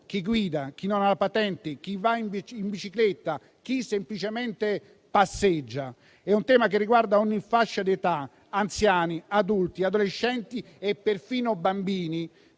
chi guida, chi non ha la patente, chi va in bicicletta, chi semplicemente passeggia. È un tema che riguarda ogni fascia d'età: anziani, adulti, adolescenti e perfino bambini.